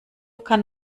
kann